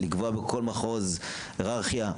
לקבוע בכל מחוז היררכיה,